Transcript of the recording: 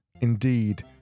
indeed